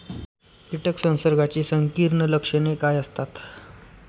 कीटक संसर्गाची संकीर्ण लक्षणे काय असतात?